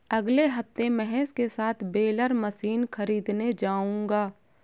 अगले हफ्ते महेश के साथ बेलर मशीन खरीदने जाऊंगा